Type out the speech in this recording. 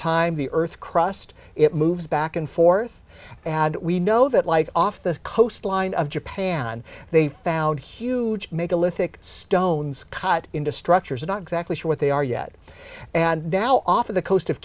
time the earth crust it moves back and forth and we know that light off the coastline of japan they found huge mega lithic stones cut into structures are not exactly sure what they are yet and now off of the coast of